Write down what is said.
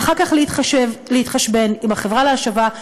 ואחר כך להתחשבן עם החברה להשבה,